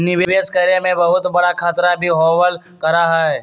निवेश करे में बहुत बडा खतरा भी होबल करा हई